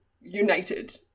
united